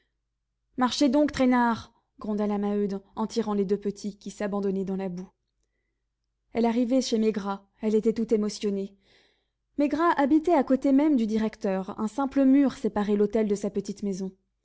marchez donc traînards gronda la maheude en tirant les deux petits qui s'abandonnaient dans la boue elle arrivait chez maigrat elle était tout émotionnée maigrat habitait à côté même du directeur un simple mur séparait l'hôtel de sa petite maison